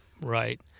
right